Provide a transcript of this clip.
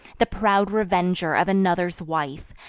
the proud revenger of another's wife,